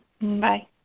Bye